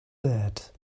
that